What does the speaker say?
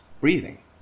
Breathing